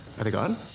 are they gone?